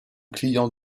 clients